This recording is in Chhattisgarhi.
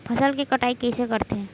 फसल के कटाई कइसे करथे?